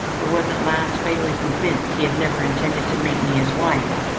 but was at last fatally convinced he had never intended to make me his wife,